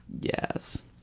yes